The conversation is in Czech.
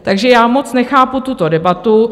Takže já moc nechápu tuto debatu.